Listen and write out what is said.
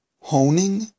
honing